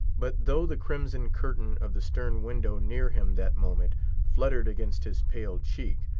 but though the crimson curtain of the stern-window near him that moment fluttered against his pale cheek,